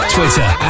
Twitter